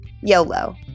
YOLO